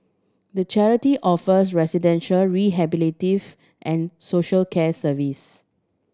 the charity offers residential rehabilitative and social care service